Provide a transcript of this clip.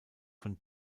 von